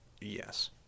Yes